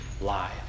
lie